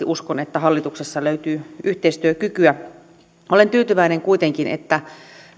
uskon että hallituksessa varmasti löytyy yhteistyökykyä olen tyytyväinen kuitenkin että